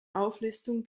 auflistung